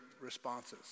responses